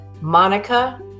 Monica